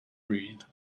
breed